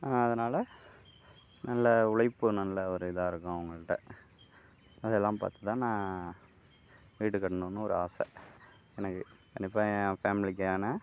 அதனால் நல்ல உழைப்பு நல்ல ஒரு இதாக இருக்கும் அவங்கள்ட்ட இதெல்லாம் பார்த்து தான் நான் வீடு கட்டணும்ன்னு ஒரு ஆசை எனக்கு கண்டிப்பாக என் ஃபேமிலிக்கான